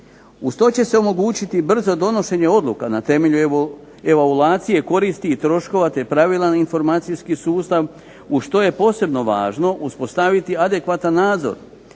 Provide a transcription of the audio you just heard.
Uz to će se omogućiti brzo donošenje odluka na temelju evaluacije koristi i troškova te pravilan informacijski sustav u što je posebno važno uspostaviti adekvatan nadzor